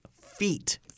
Feet